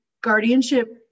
guardianship